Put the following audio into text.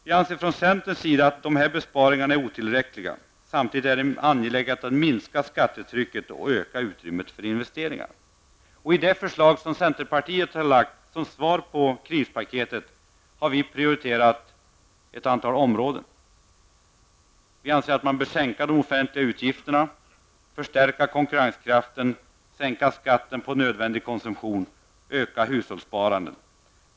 Vi anser från centerns sida att dessa besparingar är otillräckliga. Samtidigt är det angeläget att minska skattetrycket och öka utrymmet för investeringar. I det förslag som vi från centerpartiet har lagt fram som svar på krispaketet har vi prioriterat ett antal områden. Vi anser att man skall sänka de offentliga utgifterna, förstärka konkurrenskraften, sänka skatten på nödvändig konsumtion och öka hushållssparandet.